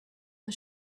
the